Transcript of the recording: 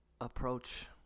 approach